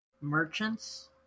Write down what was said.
merchants